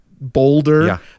boulder